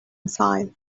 tile